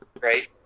right